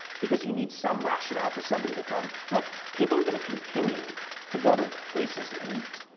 because you need some rationale for somebody to come. look, people are going to continue to go to places and eat.